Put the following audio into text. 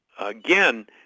again